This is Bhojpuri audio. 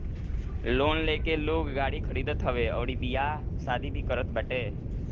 लोन लेके लोग गाड़ी खरीदत हवे अउरी बियाह शादी भी करत बाटे